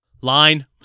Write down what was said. Line